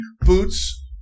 boots